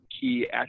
key